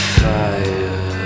fire